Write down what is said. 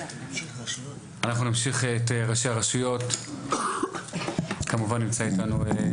אנחנו נמשיך עם ראשי הרשויות, כמובן נמצא איתנו.